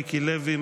מיקי לוי,